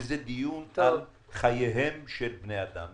שזה דיון על חיי בני אדם,